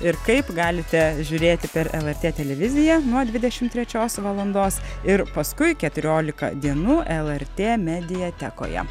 ir kaip galite žiūrėti per lrt televiziją nuo dvidešim trečios valandos ir paskui keturiolika dienų lrt mediatekoje